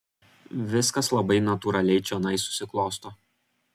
viskas labai natūraliai čionai susiklosto